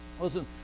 listen